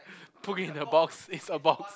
put it in a box it's a box